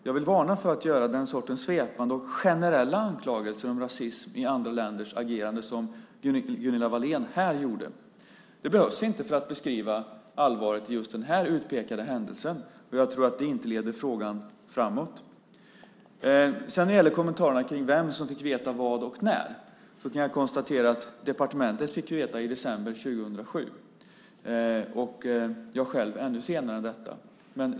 Jag vill varna för att göra den sortens svepande och generella anklagelser om rasism i andra länders agerande som Gunilla Wahlén här gjorde. Det behövs inte för att beskriva allvaret i just den här utpekade händelsen. Jag tror inte att det leder frågan framåt. Sedan var det kommentarerna om vem som fick veta vad och när. Jag kan konstatera att departementet fick veta i december 2007 och jag själv ännu senare än detta.